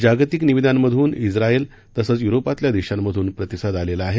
जागतिक निविदांमधून स्रायल तसंच युरोपातल्या देशांमधून प्रतिसाद आलेला आहे